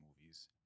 movies